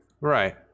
Right